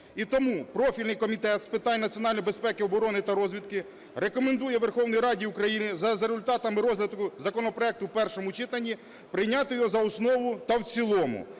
І тому профільний Комітет з питань національної безпеки, оборони та розвідки рекомендує Верховній Раді України, за результатами розгляду законопроекту у першому читанні, прийняти його за основу та в цілому.